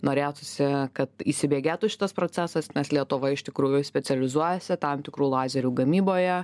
norėtųsi kad įsibėgėtų šitas procesas nes lietuva iš tikrųjų specializuojasi tam tikrų lazerių gamyboje